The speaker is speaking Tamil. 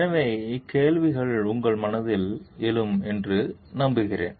எனவே இக்கேள்விகள் உங்கள் மனத்திலும் எழும் என்று நம்புகிறேன்